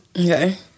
Okay